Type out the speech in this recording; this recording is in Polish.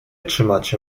trzymacie